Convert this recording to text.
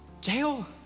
Jail